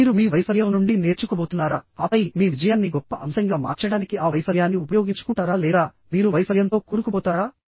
మీరు మీ వైఫల్యం నుండి నేర్చుకోబోతున్నారా ఆపై మీ విజయాన్ని గొప్ప అంశంగా మార్చడానికి ఆ వైఫల్యాన్ని ఉపయోగించుకుంటారా లేదా మీరు వైఫల్యంతో కూరుకుపోతారా